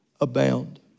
abound